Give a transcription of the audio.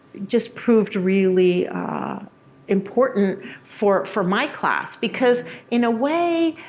just proved really important for for my class. because in a way,